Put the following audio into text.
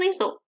Liesel